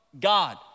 God